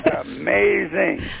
Amazing